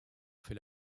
fait